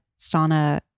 sauna